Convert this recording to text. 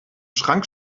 schrank